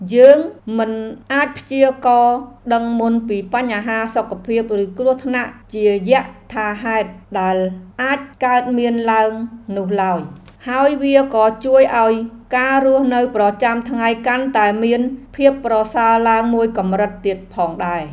យើងមិនអាចព្យាករណ៍ដឹងមុនពីបញ្ហាសុខភាពឬគ្រោះថ្នាក់ជាយថាហេតុដែលអាចកើតមានឡើងនោះឡើយ។ ហើយវាក៏ជួយឱ្យការរស់នៅប្រចាំថ្ងៃកាន់តែមានភាពប្រសើរឡើងមួយកម្រិតទៀតផងដែរ។